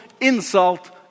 insult